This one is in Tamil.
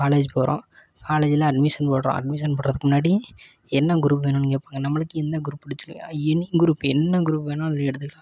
காலேஜ் போகிறோம் காலேஜில் அட்மிஷன் போடுறோம் அட்மிஷன் போடுறதுக்கு முன்னாடி என்ன குரூப் வேணுன்னு கேட்பாங்க நம்மளுக்கு எந்த குரூப் பிடிச்சிருக்கு எனி குரூப் என்ன குரூப் வேணாலும் நீ எடுத்துக்கலாம்